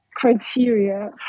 Criteria